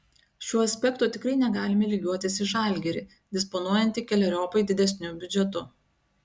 šiuo aspektu tikrai negalime lygiuotis į žalgirį disponuojantį keleriopai didesniu biudžetu